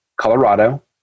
Colorado